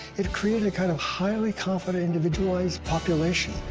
it created a kind of highly confident individualized population.